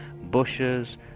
Bushes